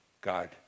God